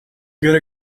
good